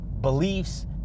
beliefs